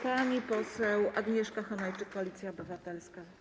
Pani poseł Agnieszka Hanajczyk, Koalicja Obywatelska.